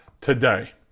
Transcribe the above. today